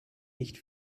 nicht